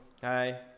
Hi